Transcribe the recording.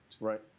Right